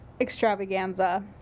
extravaganza